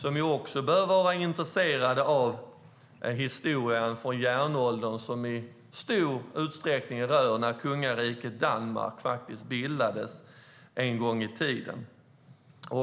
De borde också vara intresserade av historien från järnåldern, som i stor utsträckning rör när kungariket Danmark bildades en gång i tiden.